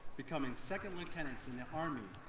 becoming second lieutenants in the army,